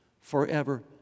forever